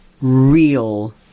real